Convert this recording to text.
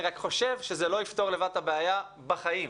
אני רק חושב שזה לא יפתור לבד את הבעיה בחיים.